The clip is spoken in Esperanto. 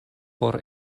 por